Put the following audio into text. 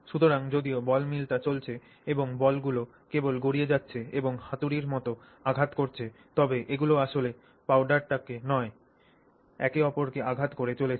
সুতরাং যদিও বল মিলটি চলছে এবং বলগুলি কেবল গড়িয়ে যাচ্ছে এবং হাতুড়ির মত আঘাত করছে তবে এগুলি আসলে পাউডারটিকে নয় একে অপরকে আঘাত করে চলেছে